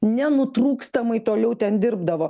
nenutrūkstamai toliau ten dirbdavo